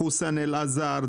חוסאן אל-עזר,